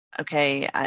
okay